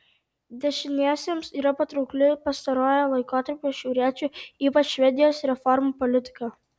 dešiniesiems yra patraukli pastarojo laikotarpio šiauriečių ypač švedijos reformų politika